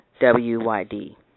W-Y-D